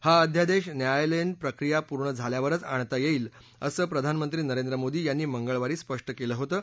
हा अध्यादेश न्यायालयीन प्रक्रिया पूर्ण झाल्यावरच आणता येईल असं प्रधानमंत्री नरेंद्र मोदी यांनी मंगळवारी स्पष्ट केलं होतं